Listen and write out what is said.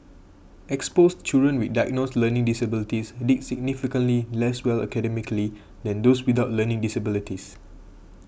exposed children with diagnosed learning disabilities did significantly less well academically than those without learning disabilities